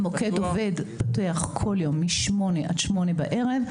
המוקד עובד כל יום מ-8 עד 8 בערב.